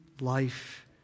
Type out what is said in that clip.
life